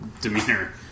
demeanor